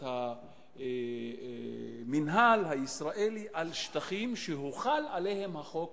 את המינהל הישראלי על שטחים שהוחל עליהם החוק